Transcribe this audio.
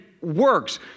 works